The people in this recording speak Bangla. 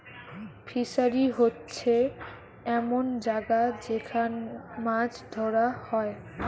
ফিসারী হোচ্ছে এমন জাগা যেখান মাছ ধোরা হয়